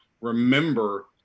remember